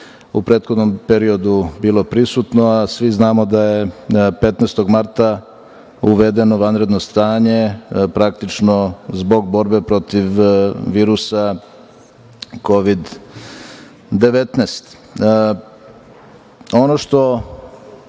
u prethodnom periodu bilo prisutno, a svi znamo da je 15. marta uvedeno vanredno stanje, praktično zbog borbe protiv virusa Kovid-19.Ono što